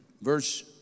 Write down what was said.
verse